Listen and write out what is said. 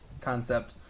concept